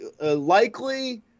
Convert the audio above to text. likely